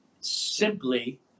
simply